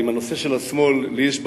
עם הנושא של השמאל לי יש בעיה,